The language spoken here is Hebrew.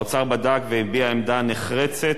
האוצר בדק והביע עמדה נחרצת.